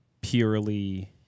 purely